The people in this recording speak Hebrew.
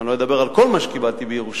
אני לא אדבר על כל מה שקיבלתי בירושה,